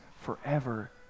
forever